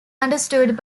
understood